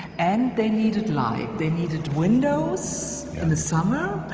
and they needed light. they needed windows in the summer,